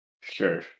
Sure